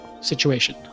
situation